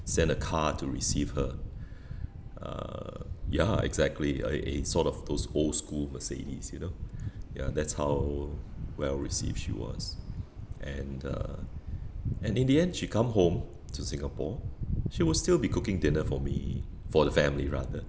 send a car to receive her uh ya exactly a a sort of those old school mercedes you know ya that's how well-received she was and uh and in the end she come home to Singapore she will still be cooking dinner for me for the family rather